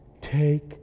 take